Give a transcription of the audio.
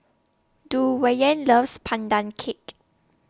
Duwayne loves Pandan Cake